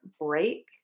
break